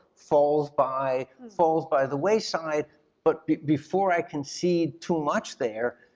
falls by falls by the wayside but before i can see too much there,